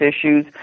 issues